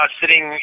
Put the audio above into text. sitting